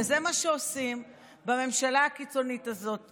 וזה מה שעושים בממשלה הקיצונית הזאת יום-יום,